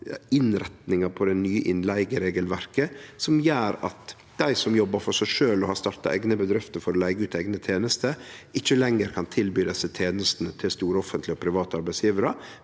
innretninga på det nye innleigeregelverket. Det regelverket gjer at dei som jobbar for seg sjølve og har starta eigne bedrifter for å leige ut eigne tenester, ikkje lenger kan tilby desse tenestene til store offentlege og private arbeidsgjevarar,